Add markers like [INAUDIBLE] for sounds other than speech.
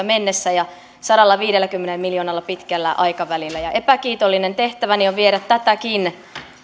[UNINTELLIGIBLE] mennessä ja sadallaviidelläkymmenellä miljoonalla pitkällä aikavälillä epäkiitollinen tehtäväni on viedä tätäkin